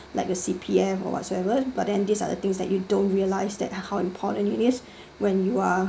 like a C_P_F or whatsoever but then these are the things that you don't realise that how important it is when you are